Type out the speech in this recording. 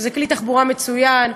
שזה כלי תחבורה מצוין,